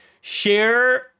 share